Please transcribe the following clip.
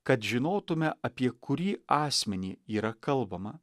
kad žinotume apie kurį asmenį yra kalbama